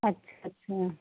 अच्छ अच्छा